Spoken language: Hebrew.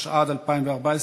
התשע"ד 2014,